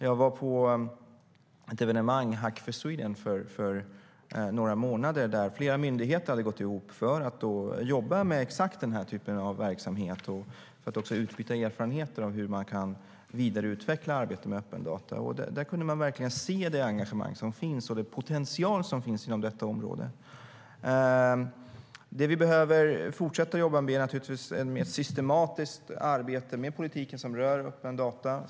Jag var på ett evenemang, Hack for Sweden, för några månader sedan. Flera myndigheter hade gått ihop för att jobba med exakt den här typen av verksamhet och utbyta erfarenheter av hur man kan vidareutveckla arbetet med öppna data. Där kunde man verkligen se det engagemang och den potential som finns inom detta område. Det vi behöver fortsätta jobba med är naturligtvis ett mer systematiskt arbete med politiken som rör öppna data.